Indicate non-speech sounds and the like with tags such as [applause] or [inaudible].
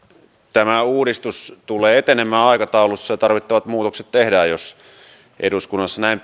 tämä uudistus tulee etenemään aikataulussa ja tarvittavat muutokset tehdään jos eduskunnassa näin [unintelligible]